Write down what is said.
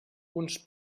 uns